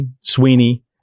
Sweeney